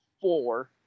four